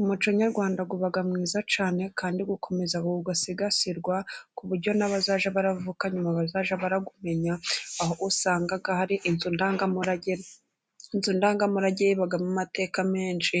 Umuco nyarwanda uba mwiza cyane kandi gukomeza gusigasirwa, ku buryo n'abazajya bavuka nyuma bawumenya, aho usanga hari inzu ndangamurage. Inzu ndangamurage yabamo amateka menshi,